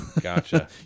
Gotcha